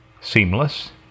seamless